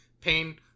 pain